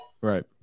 Right